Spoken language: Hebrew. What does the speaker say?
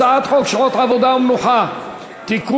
הצעת חוק שעות עבודה ומנוחה (תיקון,